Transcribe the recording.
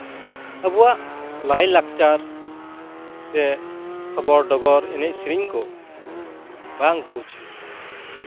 ᱟᱵᱚᱣᱟᱜ ᱞᱟᱭᱼᱞᱟᱠᱪᱟᱨ ᱥᱮ ᱠᱷᱚᱵᱚᱨ ᱰᱚᱜᱚᱨ ᱮᱱᱮᱡ ᱥᱮᱨᱮᱧ ᱠᱚ ᱵᱟᱝ ᱠᱚ ᱩᱪᱷᱟᱹᱱᱟ